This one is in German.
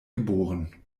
geboren